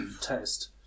Taste